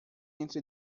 entre